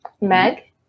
Meg